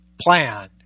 plan